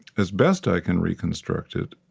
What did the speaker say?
as best i can reconstruct it,